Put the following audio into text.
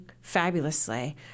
fabulously